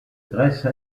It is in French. graisse